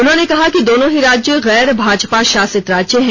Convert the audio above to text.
उन्होंने कहा कि दोनों ही राज्य गैर भाजपा शासित राज्य हैं